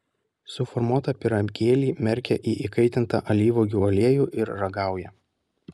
suformuotą pyragėlį merkia į įkaitintą alyvuogių aliejų ir ragauja